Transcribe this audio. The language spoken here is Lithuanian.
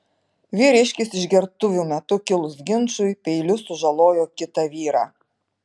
vyriškis išgertuvių metu kilus ginčui peiliu sužalojo kitą vyrą